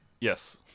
Yes